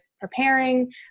preparing